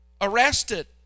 arrested